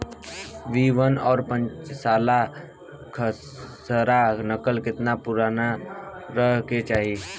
B one और पांचसाला खसरा नकल केतना पुरान रहे के चाहीं?